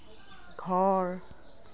ঘৰ